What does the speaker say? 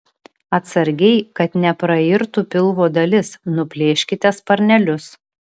atsargiai kad neprairtų pilvo dalis nuplėškite sparnelius